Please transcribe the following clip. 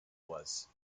was